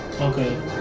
Okay